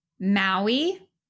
Maui